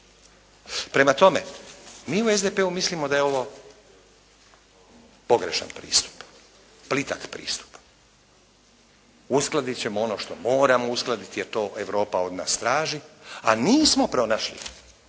Prema tome, mi u SDP-u mislimo da je ovo pogrešan pristup, plitak pristup. Uskladit ćemo ono što moramo uskladiti jer to Europa od nas traži a nismo pronašli